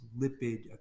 lipid